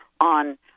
on